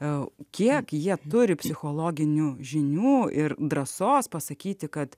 o kiek jie turi psichologinių žinių ir drąsos pasakyti kad